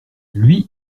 lui